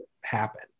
happen